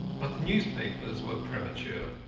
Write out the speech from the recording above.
but the newspapers were premature.